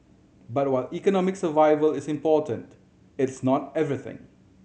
but while economic survival is important it's not everything